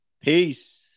peace